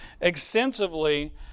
extensively